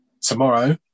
tomorrow